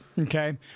okay